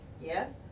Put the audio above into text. yes